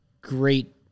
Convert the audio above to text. great